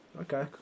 Okay